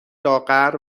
لاغر